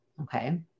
Okay